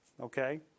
okay